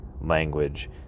language